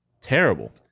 terrible